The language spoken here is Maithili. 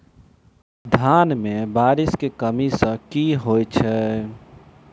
धान मे बारिश केँ कमी सँ की होइ छै?